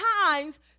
times